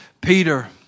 Peter